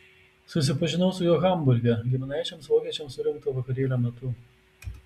susipažinau su juo hamburge giminaičiams vokiečiams surengto vakarėlio metu